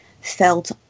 felt